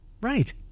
Right